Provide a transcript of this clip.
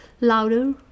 louder